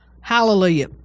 Hallelujah